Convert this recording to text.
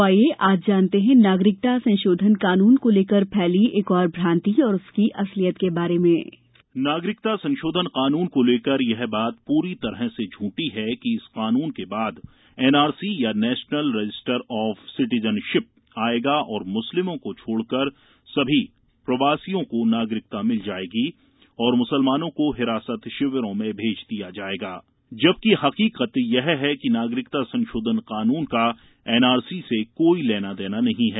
तो आईये आज जानते हैं नागरिकता संशोधन कानून को लेकर फैली एक और भ्रान्ति और उसकी असलियत के बारे में नागरिकता संशोधन कानून को लेकर यह बात पूरी तरह से झूठी है कि इस कानून के बाद एनआरसी या नेशनल रजिस्टर आफ सिटिजनशिप आएगा और मुस्लिमों को छोड़कर सभी प्रवासियों को नागरिकता मिल जाएगी और मुसलमानों को हिरासत शिविरों में भेज दिया जाएगा जबकि हकीकत यह है कि नागरिकता संशोधन कानून का एनआरसी से कोई लेना देना नहीं है